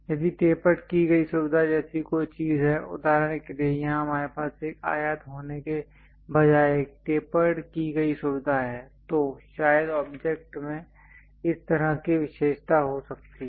यदि टेपर्ड की गई सुविधाओं जैसी कोई चीज़ है उदाहरण के लिए यहाँ हमारे पास एक आयत होने के बजाय एक टेपर्ड की गई सुविधा है तो शायद ऑब्जेक्ट में इस तरह की विशेषता हो सकती है